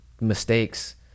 mistakes